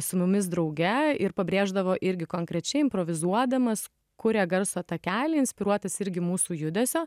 su mumis drauge ir pabrėždavo irgi konkrečiai improvizuodamas kuria garso takelį inspiruotas irgi mūsų judesio